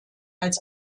als